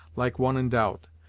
like one in doubt,